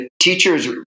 teachers